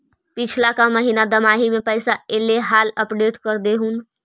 पिछला का महिना दमाहि में पैसा ऐले हाल अपडेट कर देहुन?